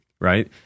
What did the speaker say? right